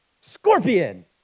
Scorpion